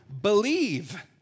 believe